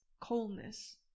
coldness